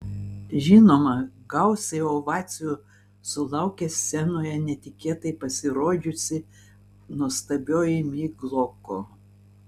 žinoma gausiai ovacijų sulaukė scenoje netikėtai pasirodžiusi nuostabioji migloko